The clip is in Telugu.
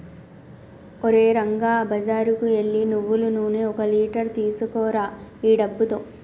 ఓరే రంగా బజారుకు ఎల్లి నువ్వులు నూనె ఒక లీటర్ తీసుకురా ఈ డబ్బుతో